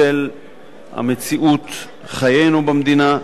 בשל מציאות חיינו במדינה,